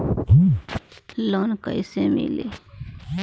Loan कइसे मिली?